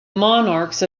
monarchs